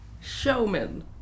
Showman